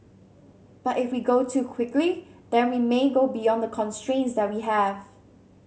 but if we go too quickly then we may go beyond the constraints that we have